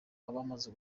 abamaze